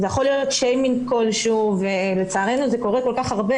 זה יכול להיות שיימינג כלשהו ולצערנו זה קורה כל כך הרבה